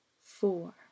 four